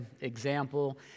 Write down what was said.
example